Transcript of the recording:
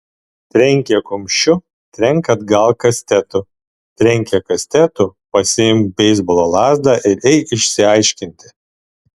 trenkė kumščiu trenk atgal kastetu trenkė kastetu pasiimk beisbolo lazdą ir eik išsiaiškinti